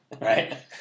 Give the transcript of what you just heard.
Right